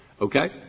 Okay